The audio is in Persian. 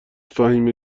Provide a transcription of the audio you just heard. فهیمه